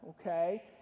okay